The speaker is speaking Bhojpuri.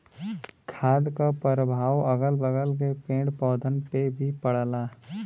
खाद क परभाव अगल बगल के पेड़ पौधन पे भी पड़ला